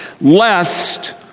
lest